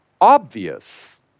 obvious